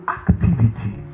activity